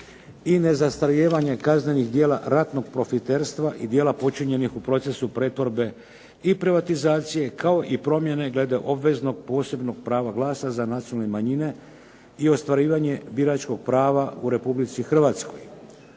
i nezastarijevanje kaznenih djela ratnog profiterstva i djela počinjenih u procesu pretvorbe i privatizacije kao i promjene glede obveznog posebnog prava glasa za nacionalne manjine i ostvarivanje biračkog prava u Republici Hrvatskoj.